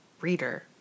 reader